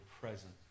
present